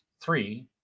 three